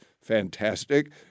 fantastic